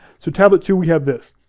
so tablet two, we have this.